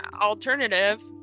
alternative